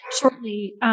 shortly